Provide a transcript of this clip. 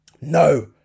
No